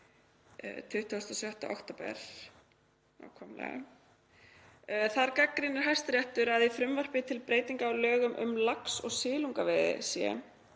„Þar gagnrýnir Hæstiréttur að í frumvarpi til breytinga á lögum um lax- og silungsveiði sé,